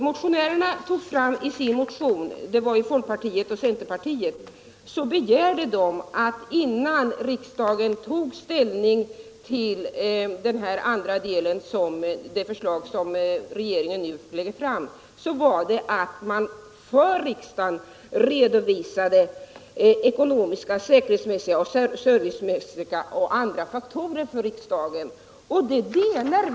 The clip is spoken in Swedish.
Motionärerna, som kommer från folkpartiet och centerpartiet, har begärt att innan riksdagen tar ställning till det förslag som regeringen lagt fram skall man för riksdagen redovisa vilka ekonomiska, säkerhetsmässiga, servicemässiga och andra faktorer som är av betydelse vid valet mellan olika alternativ.